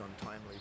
untimely